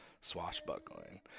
swashbuckling